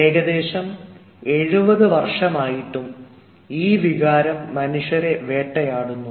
ഏകദേശം 70 വർഷമായിട്ടും ഈ വികാരം മനുഷ്യരെ വേട്ടയാടുന്നു